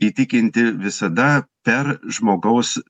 įtikinti visada per žmogaus